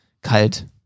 kalt